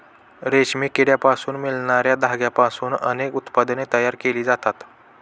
रेशमी किड्यांपासून मिळणार्या धाग्यांपासून अनेक उत्पादने तयार केली जातात